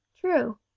True